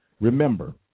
Remember